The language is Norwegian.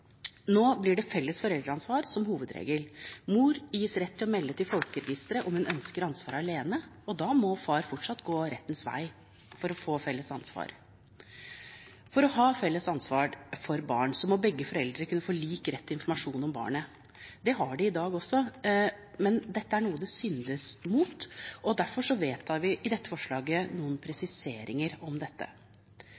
Nå blir felles foreldreansvar hovedregelen. Mor gis rett til å melde til folkeregisteret om hun ønsker ansvaret alene, og da må far fortsatt gå rettens vei for å få felles ansvar. For å ha felles ansvar for barn må begge foreldre kunne få lik rett til informasjon om barnet. Det har de i dag også, men dette er noe det syndes mot. Derfor vedtar vi med dette forslaget noen